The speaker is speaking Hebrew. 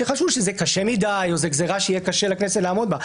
שחשבו שזה קשה מדי או זו גזרה שיהיה קשה לכנסת לעמוד בה.